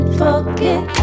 forget